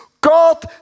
God